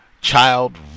child